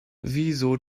wieso